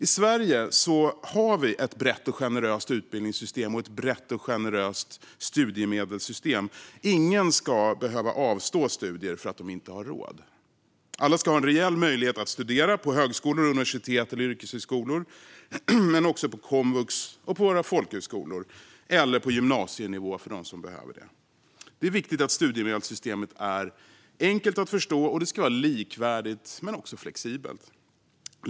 I Sverige har vi ett brett och generöst utbildningssystem och ett brett och generöst studiemedelssystem. Ingen ska behöva avstå från studier för att de inte har råd. Alla ska ha en reell möjlighet att studera på högskolor, universitet eller yrkeshögskolor men också på komvux, folkhögskolor och på gymnasienivå för dem som behöver det. Det är viktigt att studiemedelssystemet är enkelt att förstå. Det ska vara likvärdigt men också flexibelt.